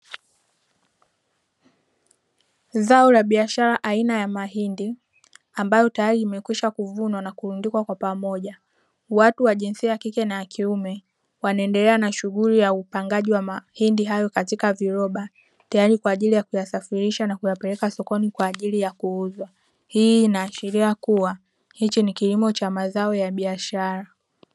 Zao la biashara aina ya mahindi, ambayo tayari imekwisha kuvunwa na kurundikwa kwa pamoja. Watu wa jinsia ya kike na ya kiume wanaendelea na shughuli ya upangaji wa mahindi hayo katika viroba, tayari kwa ajili ya kuyasafirisha na kuyapeleka sokoni kwa ajili ya kuuzwa. Hii inaashiria kuwa, hichi ni kilimo cha mazao ya biashara.